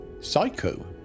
psycho